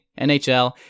NHL